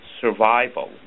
survival